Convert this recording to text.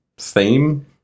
theme